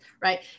right